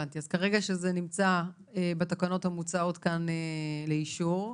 כרגע, כשזה נמצא בתקנות המוצעות כאן לאישור,